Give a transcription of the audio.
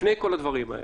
לפני כל הדברים האלה.